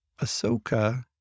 Ahsoka